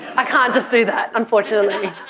i can't just do that unfortunately.